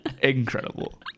incredible